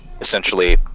essentially